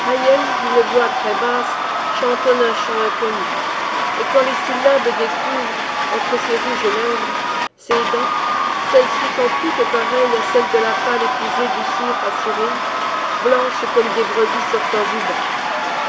d'une voix très basse chantonne un chant inconnu et quand les syllabes découvrent entre ses rouges lèvres ses dents celle-ci sont toutes pareilles à celles de la pâle épousée du sir hasirim blanches comme des brebis sortant du bain